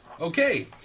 Okay